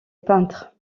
peintres